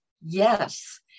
Yes